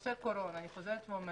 בנושא קורונה, אני חוזרת ואומרת: